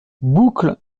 boucle